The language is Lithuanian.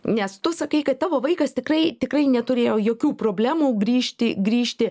nes tu sakai kad tavo vaikas tikrai tikrai neturėjo jokių problemų grįžti grįžti